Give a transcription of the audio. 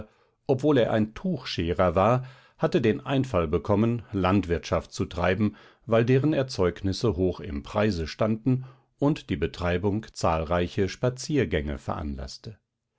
obgleich er ein tuchscherer war hatte den einfall bekommen landwirtschaft zu treiben weil deren erzeugnisse hoch im preise standen und die betreibung zahlreiche spaziergänge veranlaßte